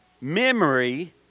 memory